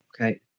Okay